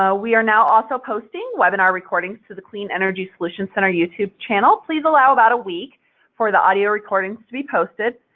ah we are now also posting webinar recordings to the clean energy solutions center youtube channel. please allow about a week for the audio recordings to be posted.